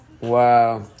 Wow